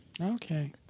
Okay